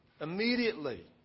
immediately